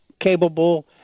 capable